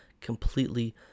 completely